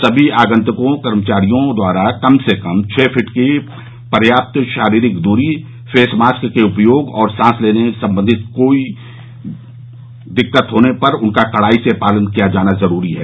समी आगंतुकों और कर्मचारियों द्वारा कम से कम छह फीट की प्राप्त शारीरिक दूरी फेस मास्क के उपयोग और सांस लेने से संबंधित बातों का कडाई से पालन किया जाना जरूरी होगा